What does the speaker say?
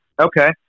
Okay